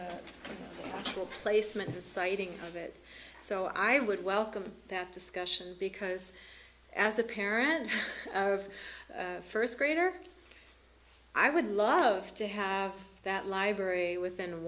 the placement citing of it so i would welcome that discussion because as a parent of a first grader i would love to have that library within